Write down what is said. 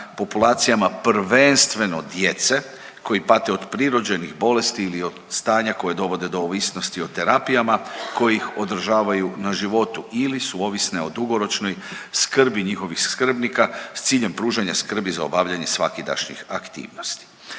populacijama prvenstveno djece koji pate od prirođenih bolesti ili od stanja koja dovode do ovisnosti o terapijama koji ih održavaju na životu ili su ovisne o dugoročnoj skrbi njihovih skrbnika s ciljem pružanja skrbi za obavljanje svakidašnjih aktivnosti.